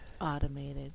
Automated